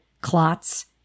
clots